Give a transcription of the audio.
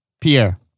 Pierre